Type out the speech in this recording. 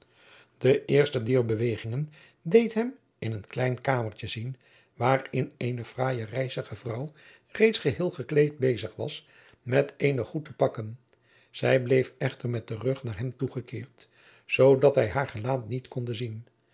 de eerste dier bewegingen deed hem in een klein kamertje zien waarin eene fraaie rijzige vrouw reeds geheel gekleed bezig was met eenig goed te pakken zij bleef echter met den rug naar hem toegekeerd zoodat hij haar gelaat niet konde zien